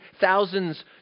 thousands